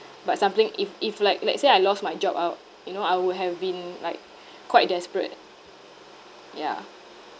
but something if if like let's say I lost my job ah you know I would have been like quite desperate yeah